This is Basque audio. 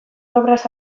obraz